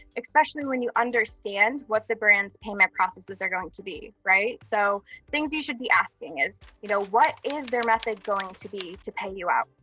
especially when you understand what the brand's payment processes are going to be, right? so things you should be asking is you know what is their method going to be to pay you out?